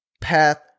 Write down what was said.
path